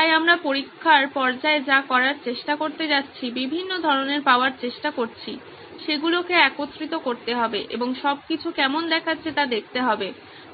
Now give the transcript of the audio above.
তাই আমরা পরীক্ষার পর্যায়ে যা করার চেষ্টা করতে যাচ্ছি বিভিন্ন ধারনা পাওয়ার চেষ্টা করছি সেগুলিকে একত্রিত করতে হবে এবং সবকিছু কেমন দেখাচ্ছে তা দেখতে হবে